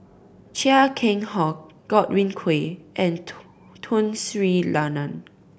Chia Keng Hock Godwin Koay and Tun Sri Lanang